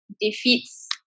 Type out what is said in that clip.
defeats